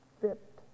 fit